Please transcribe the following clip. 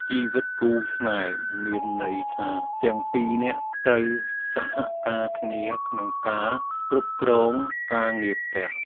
ជីវិតគូស្នេហ៍មានន័យថាទាំងពីរនាក់ត្រូវសហការគ្នាក្នុងការគ្រប់គ្រងការងារផ្ទះ។